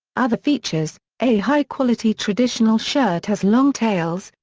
other features a high quality traditional shirt has long tails,